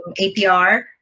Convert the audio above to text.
APR